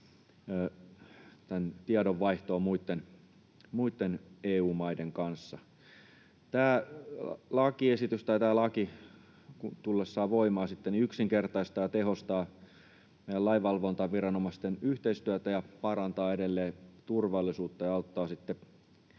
tiedonvaihtoon muitten EU-maiden kanssa. Tämä laki tullessaan voimaan yksinkertaistaa ja tehostaa meidän lainvalvontaviranomaisten yhteistyötä ja parantaa edelleen turvallisuutta ja auttaa